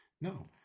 No